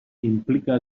implica